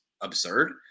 absurd